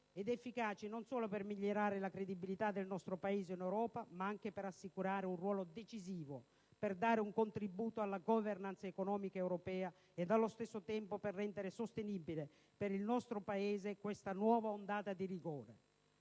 ed efficaci non solo per migliorare la credibilità del nostro Paese in Europa, ma anche per assicurare un ruolo decisivo, per dare un contributo alla *governance* economica europea e, allo stesso tempo, per rendere sostenibile per il Paese questa nuova ondata di rigore.